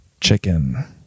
chicken